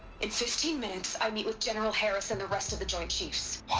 in fifteen minutes, i meet with general herres, and the rest of the joint chiefs